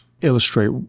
illustrate